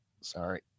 sorry